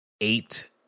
eight